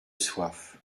soif